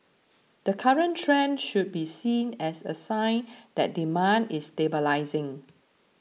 the current trend should be seen as a sign that demand is stabilising